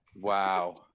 Wow